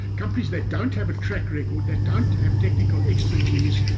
companies that don't have a track record, that don't have technical expertise,